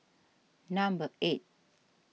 number eight